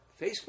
Facebook